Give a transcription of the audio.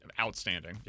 Outstanding